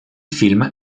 film